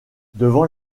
devant